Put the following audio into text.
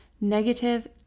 negative